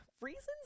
reasons